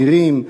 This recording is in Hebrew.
נירים,